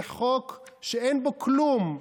זה חוק שאין בו כלום.